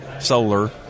solar